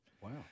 Wow